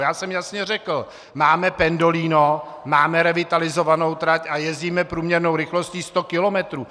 Já jsem jasně řekl: Máme pendolino, máme revitalizovanou trať a jezdíme průměrnou rychlostí 100 kilometrů.